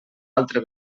altre